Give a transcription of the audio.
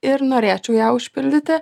ir norėčiau ją užpildyti